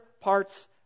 parts